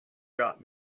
got